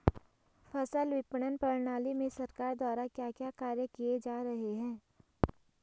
फसल विपणन प्रणाली में सरकार द्वारा क्या क्या कार्य किए जा रहे हैं?